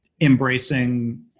embracing